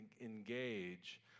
engage